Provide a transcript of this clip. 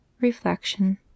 reflection